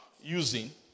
using